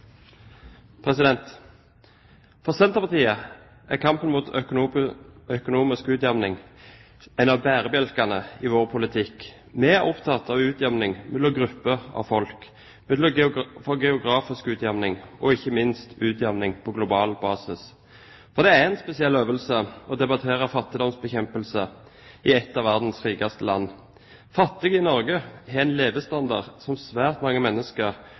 av bærebjelkene i politikken. Vi er opptatt av utjamning mellom grupper av folk, geografisk utjamning og ikke minst utjamning på global basis. Det er en spesiell øvelse å debattere fattigdomsbekjempelse i et av verdens rikeste land. Fattige i Norge har en levestandard som svært mange mennesker